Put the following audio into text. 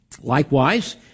Likewise